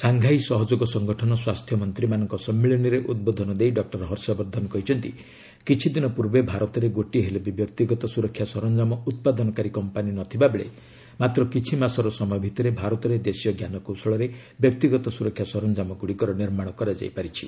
Shanghai ସହଯୋଗ ସଂଗଠନ ସ୍ୱାସ୍ଥ୍ୟ ମନ୍ତ୍ରୀମାନଙ୍କ ସମ୍ମିଳନୀରେ ଉଦ୍ବୋଧନ ଦେଇ ଡକୁର ହର୍ଷବର୍ଦ୍ଧନ କହିଛନ୍ତି କିଛି ଦିନ ପୂର୍ବେ ଭାରତରେ ଗୋଟିଏ ହେଲେ ବି ବ୍ୟକ୍ତିଗତ ସୁରକ୍ଷା ସରଞ୍ଜାମ ଉତ୍ପାଦନକାରୀ କମ୍ପାନୀ ନ ଥିବା ବେଳେ ମାତ୍ର କିଛି ମାସ ଭିତରେ ଭାରତରେ ଦେଶୀୟ ସରଞ୍ଜାମଗୁଡ଼ିକର ନିର୍ମାଣ କରାଯାଇ ପାରିଛି